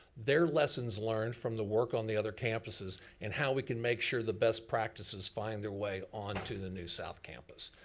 their lessons learned from the work on the other campuses, and how we can make sure the best practices find their way onto the new south campus.